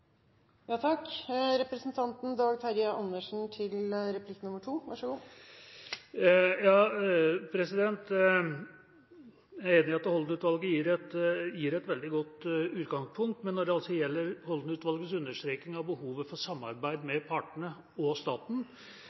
Jeg er enig i at Holden-utvalgets innstilling er et veldig godt utgangspunkt, men når det gjelder Holden-utvalgets understreking av behovet for samarbeid med partene og staten,